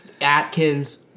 Atkins